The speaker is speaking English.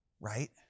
right